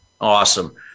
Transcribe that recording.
Awesome